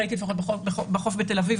ראיתי את זה בחוף בתל אביב,